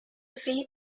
sie